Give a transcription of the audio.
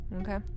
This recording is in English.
Okay